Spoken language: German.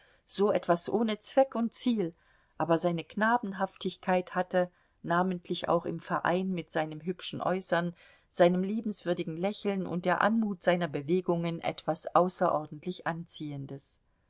so etwas ohne zweck und ziel aber seine knabenhaftigkeit hatte namentlich auch im verein mit seinem hübschen äußern seinem liebenswürdigen lächeln und der anmut seiner bewegungen etwas außerordentlich anziehendes